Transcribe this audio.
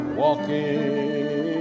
walking